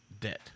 debt